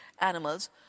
animals